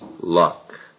luck